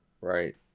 right